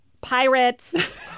Pirates